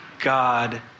God